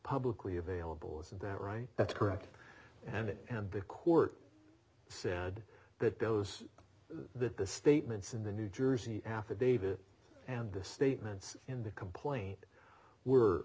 publicly available isn't that right that's correct and it and the court said that those that the statements in the new jersey affidavit and the statements in the complaint were